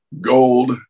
gold